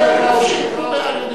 טיבי.